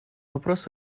вопрос